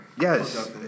Yes